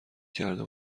کرده